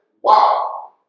wow